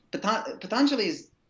Patanjali's